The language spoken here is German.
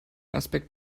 aspekt